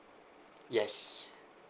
yes